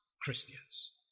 Christians